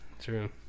true